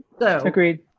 agreed